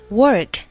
work